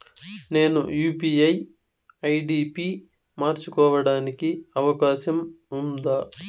నేను UPI ID పి మార్చుకోవడానికి అవకాశం ఉందా?